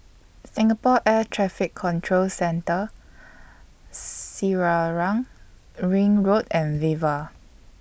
Singapore Air Traffic Control Centre Selarang Ring Road and Viva